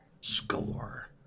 Score